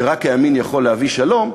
שרק הימין יכול להביא שלום,